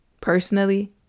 Personally